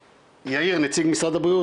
יאיר נציג משרד הבריאות,